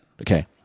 Okay